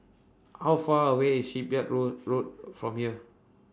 How Far away IS Shipyard Road Road from here